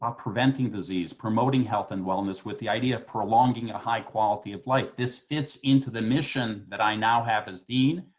ah preventing disease, promoting health and wellness, with the idea of prolonging a high quality of life. this fits into the mission that i now have as dean,